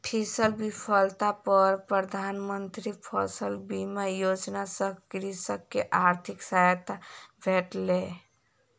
फसील विफलता पर प्रधान मंत्री फसल बीमा योजना सॅ कृषक के आर्थिक सहायता भेटलै